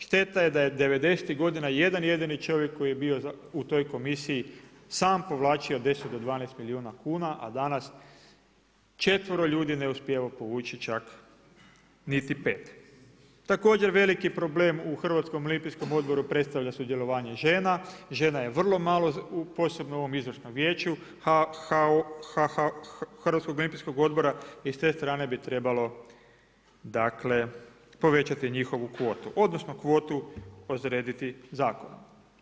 Šteta je da je '90.-tih godina jedan jedini čovjek koji je bio u toj komisiji sam povlači 10 do 12 milijuna kuna a danas 4 ljudi ne uspijeva povući čak niti 5. Također veliki problem u Hrvatskom olimpijskom odboru predstavlja sudjelovanje žena, žena je vrlo malo posebno u ovom izvršnom vijeću HOO-a i s te strane bi trebalo dakle povećati njihovu kvotu, odnosno kvotu odrediti zakonom.